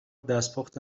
دستپخت